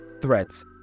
threats